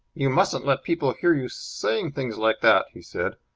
you mustn't let people hear you saying things like that! he said.